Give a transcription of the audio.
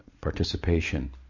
participation